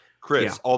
Chris